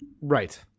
Right